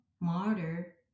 martyr